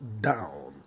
down